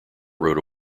rode